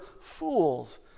fools